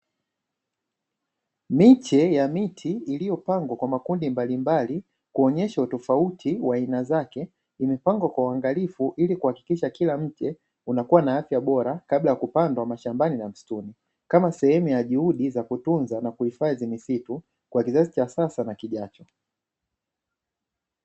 Miche ya miti iliyopangwa kwa makundi mbalimbali kuonyesha utofauti wa aina zake imepangwa kwa uangalifu ili kuhakikisha kila mche unakuwa na afya bora kabla ya kupandwa mashambani na msituni. Kama sehemu ya juhudi za kutunza na kuhifadhi misitu kwa kizazi cha sasa na kijacho.